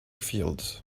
fields